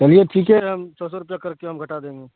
چلیے ٹھیک ہے ہم سو سو روپیہ کر کے ہم گھٹا دیں گے